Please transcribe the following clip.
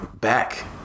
back